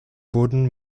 wurden